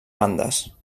bandes